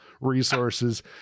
resources